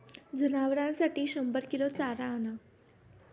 जनावरांसाठी शंभर किलो चारा आणा